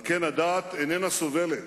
על כן, הדעת איננה סובלת